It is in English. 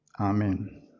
Amen